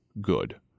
good